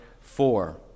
four